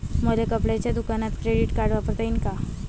मले कपड्याच्या दुकानात क्रेडिट कार्ड वापरता येईन का?